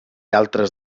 altres